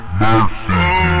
mercy